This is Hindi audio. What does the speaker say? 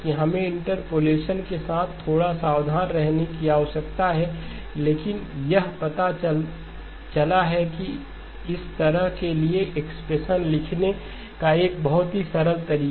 हमें इंटरपोलेशन के साथ थोड़ा सावधान रहने की आवश्यकता है लेकिन यह पता चला है कि इस तरह के लिए एक्सप्रेशन लिखने का एक बहुत ही सरल तरीका है